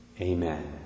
amen